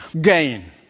gain